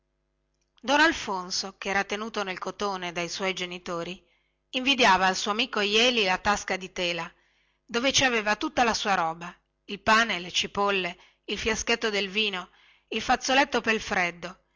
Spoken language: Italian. don alfonso che era tenuto nel cotone dai suoi genitori invidiava al suo amico jeli la tasca di tela dove ci aveva tutta la sua roba il pane le cipolle il fiaschetto del vino il fazzoletto pel freddo